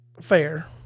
Fair